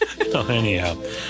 Anyhow